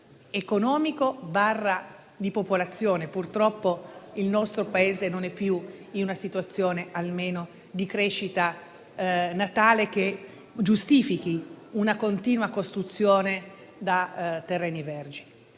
economico e di popolazione. Purtroppo, il nostro Paese non è più in una situazione di crescita natale che giustifichi una continua costruzione da terreni vergini.